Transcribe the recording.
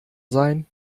sein